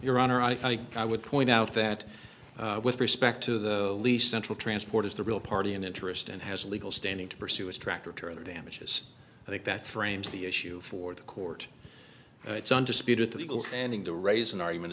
honor i think i would point out that with respect to the least central transporters the real party in interest and has a legal standing to pursue its tractor trailer damages i think that frames the issue for the court it's undisputed legal ending to raise an argument